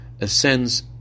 ascends